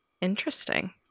Interesting